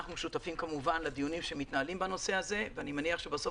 אנחנו שותפים כמובן לדיונים שמתנהלים בנושא הזה ואני מניח שבסוף